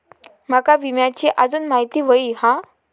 माका विम्याची आजून माहिती व्हयी हा?